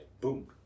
Boom